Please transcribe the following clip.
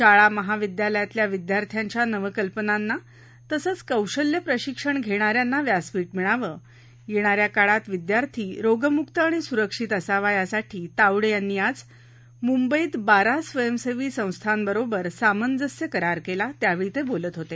शाळा महाविद्यालयातल्या विद्यार्थ्यांच्या नवकल्पनांना तसंच कौशल्य प्रशिक्षण घेणाऱ्यांना व्यासपीठ मिळावं येणाऱ्या काळात विद्यार्थी रोगमुक्त आणि सुरक्षित असावा यासाठी तावडे यांनी आज मुंबईत बारा स्वयंसेवी संस्थाबरोबर सामंजस्य करार केला त्यावेळी ते बोलत होते